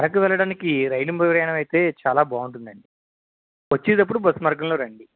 అరుకు వెళ్లడానికి రైలు ప్రయాణం అయితే చాలా బాగుంటుందండి వచ్చేటప్పుడు బస్ మార్గంలో రండి